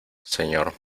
señor